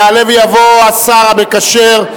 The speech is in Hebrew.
יעלה ויבוא השר המקשר,